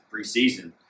preseason